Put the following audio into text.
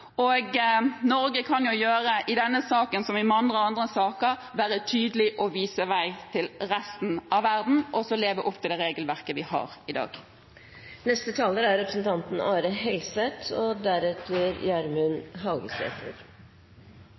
Og Norge kan jo i denne saken, som i mange andre saker, være tydelig og vise vei for resten av verden og følge det regelverket vi har i dag. Vi velges til Stortinget med variert livserfaring og utfyller hverandre. Min erfaring er fra helsetjenesten i Norge, og